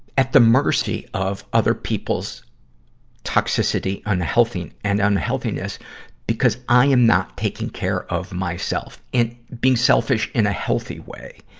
at the mercy of other people's toxicity unhealthy, and unhealthiness because i am not taking care of myself. and being selfish in a healthy way.